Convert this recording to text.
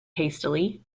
hastily